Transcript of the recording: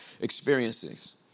experiences